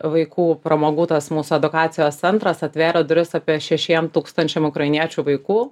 vaikų pramogų tas mūsų edukacijos centras atverė duris apie šešiem tūkstančiam ukrainiečių vaikų